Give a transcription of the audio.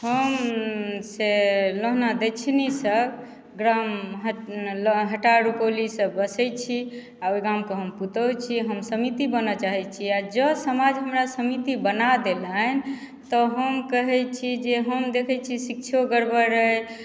हम से लोहना दक्षिणीसँ ग्राम ह हटार रुपौलीसँ बसैत छी आ ओहि गामके हम पुतोहु छी हम समीति बनय चाहैत छी आ जँ समाज हमरा समीति बना देलनि तऽ हम कहैत छी जे हम देखैत छियै शिक्षो गड़बड़ अइ